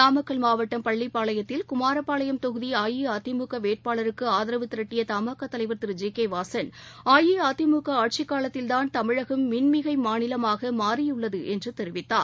நாமக்கல் மாவட்டம் பள்ளிப்பாளையத்தில் குமாரபாளையம் தொகுதி அஇஅதிமுக வேட்பாளருக்கு ஆதரவு திரட்டிய த மா கா தலைவர் திரு ஜி கே வாசன் அஇஅதிமுக ஆட்சிக் காலத்தில்தான் தமிழகம் மின் மிகை மாநிலமாக மாறியுள்ளது என்று தெரிவித்தார்